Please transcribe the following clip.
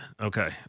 Okay